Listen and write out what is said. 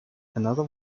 another